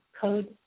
Code